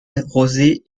rosé